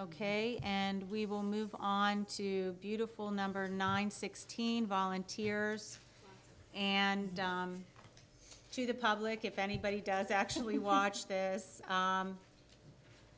ok and we will move on to beautiful number nine sixteen volunteers and to the public if anybody does actually watch this